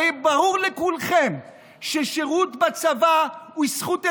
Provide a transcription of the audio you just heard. הרי ברור לכולכם ששירות בצבא הוא זכות עליונה,